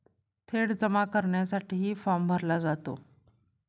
थेट जमा करण्यासाठीही फॉर्म भरला जातो